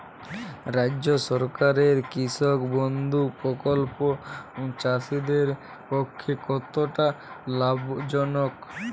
রাজ্য সরকারের কৃষক বন্ধু প্রকল্প চাষীদের পক্ষে কতটা লাভজনক?